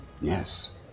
Yes